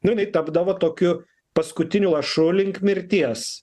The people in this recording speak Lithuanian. nu inai tapdavo tokiu paskutiniu lašu link mirties